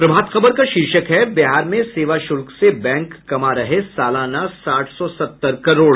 प्रभात खबर का शीर्षक है बिहार में सेवा शुल्क से बैंक कमा रहे सालाना साठ सौ सत्तर करोड़